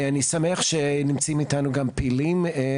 אני שמח שנמצאים איתנו גם פעילים.